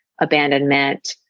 abandonment